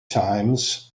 times